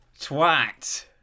Twat